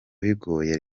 bigoye